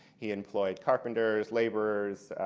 he employed carpenters, laborers,